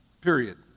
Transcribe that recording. Period